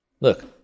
Look